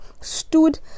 stood